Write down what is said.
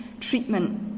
treatment